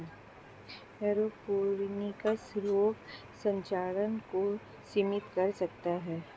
aeroponics रोग संचरण को सीमित कर सकता है